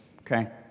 okay